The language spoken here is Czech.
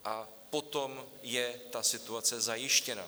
A potom je ta situace zajištěna.